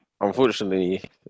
unfortunately